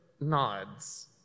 nods